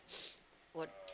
what